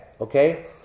Okay